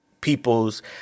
people's